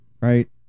right